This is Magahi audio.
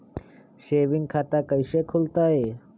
सेविंग खाता कैसे खुलतई?